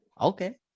Okay